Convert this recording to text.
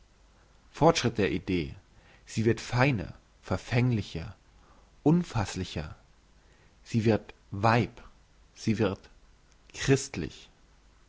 fortschritt der idee sie wird feiner verfänglicher unfasslicher sie wird weib sie wird christlich